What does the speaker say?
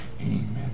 Amen